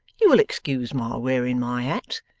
you will excuse my wearing my hat,